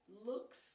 looks